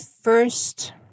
first